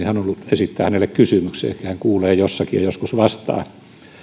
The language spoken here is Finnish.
esittää hänelle kysymyksen ehkä hän kuulee jossakin ja joskus vastaa